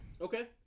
Okay